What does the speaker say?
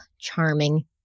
charming